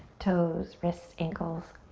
toes, wrists, ankles.